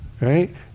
Right